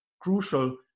crucial